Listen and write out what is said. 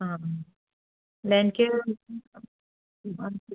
ആ അല്ല എനിക്ക്